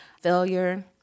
Failure